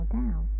down